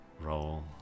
roll